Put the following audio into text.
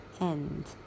end